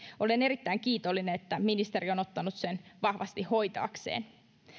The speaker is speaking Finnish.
olen erittäin kiitollinen että ministeri on ottanut sen vahvasti hoitaakseen